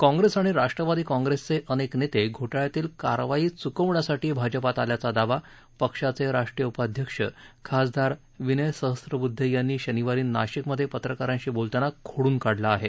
काँग्रेस आणि राष्ट्रवादी काँग्रेसचे अनेक नेते घोटाळ्यातील कारवाई च्कवण्यासाठी भाजपात आल्याचा दावा पक्षाचे राष्ट्रीय उपाध्यक्ष खासदार विनय सहस्त्रब्ध्दे यांनी शनिवारी नाशिकमध्ये पत्रकारांशी बोलताना खोडून काढला आहे